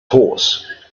horse